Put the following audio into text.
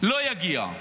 לא יגיע.